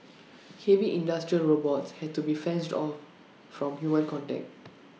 heavy industrial robots had to be fenced off from human contact